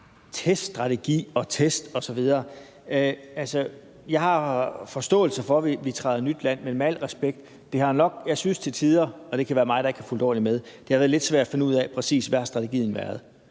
teststrategi og test osv. har jeg forståelse for, at vi betræder nyt land, men med al respekt synes jeg, det til tider – det kan være mig, der ikke har fulgt ordentligt med – har været lidt svært at finde ud af, hvad strategien præcis